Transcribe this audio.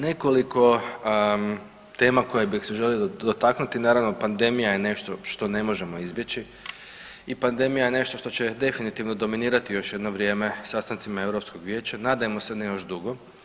Nekoliko tema koje bih se želio dotaknuti, naravno pandemija je nešto što ne možemo izbjeći i pandemija je nešto što će definitivno dominirati još jedno vrijeme sastancima Europskog vijeća, nadajmo se ne još dugo.